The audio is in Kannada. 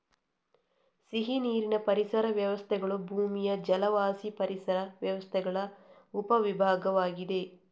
ಸಿಹಿನೀರಿನ ಪರಿಸರ ವ್ಯವಸ್ಥೆಗಳು ಭೂಮಿಯ ಜಲವಾಸಿ ಪರಿಸರ ವ್ಯವಸ್ಥೆಗಳ ಉಪ ವಿಭಾಗವಾಗಿದೆ